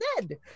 dead